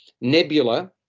Nebula